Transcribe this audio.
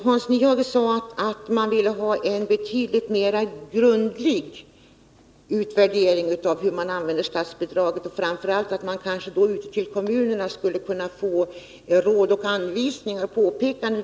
Hans Nyhage sade att man vill ha en betydligt mera grundlig utredning av hur statsbidragen används, och att kommunerna borde kunna få råd, anvisningar och påpekanden.